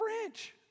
French